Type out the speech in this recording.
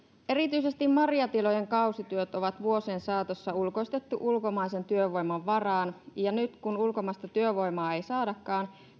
erityisesti marjatilojen kausityöt on vuosien saatossa ulkoistettu ulkomaisen työvoiman varaan ja nyt kun ulkomaista työvoimaa ei saadakaan